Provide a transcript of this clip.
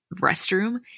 restroom